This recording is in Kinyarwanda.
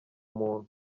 umuntu